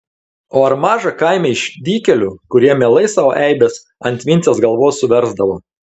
o ar maža kaime išdykėlių kurie mielai savo eibes ant vincės galvos suversdavo